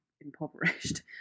impoverished